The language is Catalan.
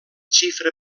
xifra